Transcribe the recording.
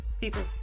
People